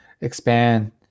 expand